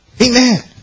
Amen